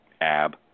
ab